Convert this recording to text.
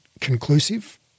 conclusive